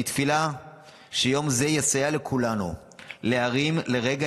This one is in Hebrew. אני תפילה שיום זה יסייע לכולנו להרים לרגע